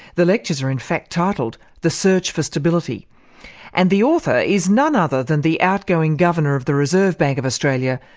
the lectures are in fact titled the search for stability and the author is none other than the outgoing governor of the reserve bank of australia,